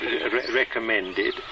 recommended